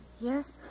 Yes